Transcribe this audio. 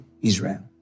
Israel